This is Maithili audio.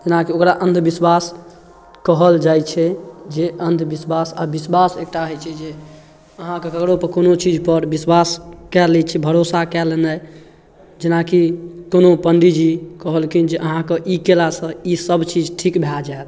जेनाकि ओकरा अन्धविश्वास कहल जाइ छै जे अन्धविश्वास आओर विश्वास एकटा हय छै जे अहाँके ककरो पर कोनो चीजपर विश्वास कए लै छियै भरोसा कए लेनाइ जेनाकि कोनो पण्डित जी कहलखिन जे अहाँके ई केलासँ ई सबचीज ठीक भए जायत